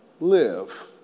live